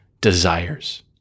desires